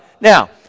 Now